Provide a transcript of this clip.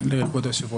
בעצם אולי הדרך לטפל